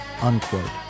Unquote